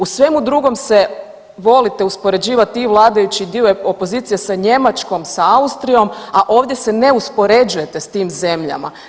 U svemu drugom se volite uspoređivati i vladajući i dio opozicije sa Njemačkom, sa Austrijom, a ovdje se ne uspoređujete sa tim zemljama.